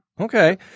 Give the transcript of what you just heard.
Okay